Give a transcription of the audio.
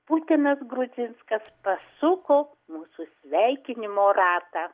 putinas grudzinskas pasuko mūsų sveikinimo ratą